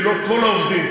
כי לא כל העובדים,